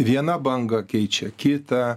viena banga keičia kitą